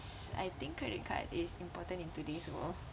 I think credit card is important in today's world